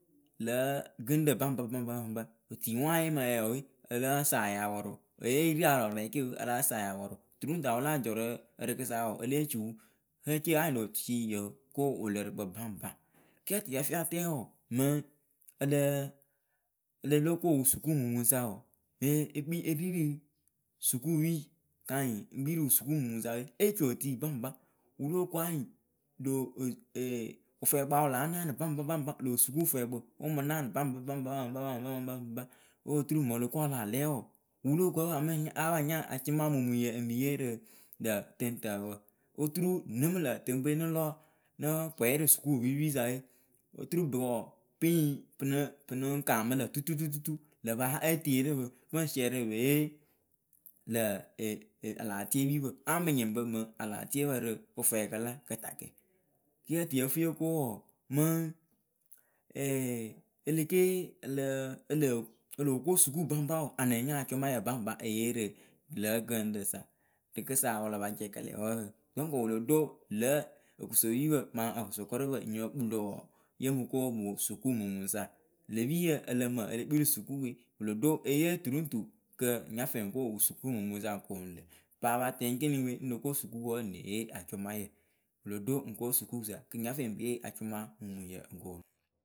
lǝ̌ gɨŋrǝ baŋba baŋba, baŋba. betiŋʊaaye mɨ ǝyǝǝ we ǝ lǝ́a saayɨ apɔrʊ, eye yɨ rii arɔɔrɔɔɛ ke we, a láa saa yɨ apɔrʊ, tu ru ŋ tu wɨ ya wɨ láa jɔ rɨ ǝrɨkɨsa wɔɔ e lée ciu. lö tucii yoo ko wɨlɨɨrɨkpǝ baŋba. Kɨ yǝ tɨ yǝ fɨ ya tɛɛ wɔɔ, mɨŋ ǝ lǝǝ, ǝ lǝ lóo ko ŋ wɨ sukuumumuŋwɨsa wɔɔ, mɨ ekpii erii rɨ, sukuupii kɨ anyɩŋ ŋ kpii rɨ ŋ wʊ sukuumumuŋsa we, ée ci otuii baŋba. Lö o wɨfwɛɛkpǝ wɨ láa naanɨ baŋba baŋba lö sukuufwɛɛkpǝ wɨ ŋ mɨ naanɨ baŋba baŋba baŋba baŋba ŋ wɨ wɨ lóo ku ǝ pǝ a mɨ ŋ nya, áa pa nya acʊmamumuŋyǝ e mɨ yee rɨ lǝ̈ tɨŋtǝǝwǝ oturu ŋnɨ mɨ lǝ̈ ǝtɨŋpɨwe nɨ lɔ, nɨ pwɛyɩ rɨ sukuupipisa we, oturu bɨ wɔɔ, pi ŋ pɨ nɨ, pɨ nɨŋ kaamɨ lǝ̈ tututututu, ŋlǝ̈ paa ée teeri pɨ, pɨ ŋ siɛrɩ pɨ pe yee lǝ̈ ee alaatiepiipǝ. áa mɨ nyɩŋ pɨ mɨŋ alaatiepǝ rɨ kɨfwɛɛkǝ la kɨtakǝ. Kɨ yǝ tɨ yǝ fɨ yo ko wɔɔ mɨŋ,ɛɛ e le ke yee lǝǝ, ǝ lǝ o loo ko sukuu baŋba wɔɔ a lɨŋ nya acʊmaayǝ baŋba eyee rɨ lǝ̌ ɨŋrɨsa. Rɨkɨsa wɨ la pa cɛkɛlɛ wǝǝ, dɔŋkɨ wɨ lo ɖo lǝ̌ okosopipǝ mɨ akɔsɔkɔrʊpǝ enyipǝ kpɨlo wɔɔ, yo mɨ ko ŋ wʊ sukuumumuŋwɨsa. Lë piyǝ ǝ lǝ mǝ e le kpii rɨ sukuuwe, wɨ lo ɖo e yee tu ru ŋ tu kɨ nya fɛɛ ŋ ko ŋ wʊ sukuumumuŋwʊsa ŋ koonu lǝ̈. Paa pa tɛŋ ŋkeni we lo ko sukuuwǝ ǝ nee yee acʊmaa. Wɨ lo ɖo ŋ ko sukuuwɨsa kɨ ŋ nya fɛɛ ŋ pe yee acʊmamumuŋyǝ ŋ kooŋ.